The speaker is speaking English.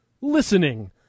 Listening